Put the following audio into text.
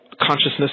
consciousness